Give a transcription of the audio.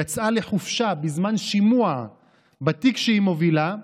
היא יצאה לחופשה בזמן שימוע בתיק שהיא מובילה,